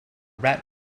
red